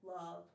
Love